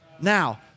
Now